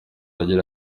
agira